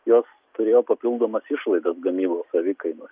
jos turėjo papildomas išlaidas gamybos savikainoj